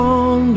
on